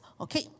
okay